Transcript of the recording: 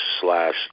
slash